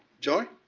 joy?